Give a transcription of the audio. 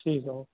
ٹھیک ہے